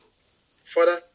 Father